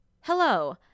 hello